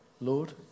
Lord